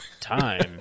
time